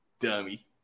dummy